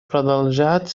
продолжать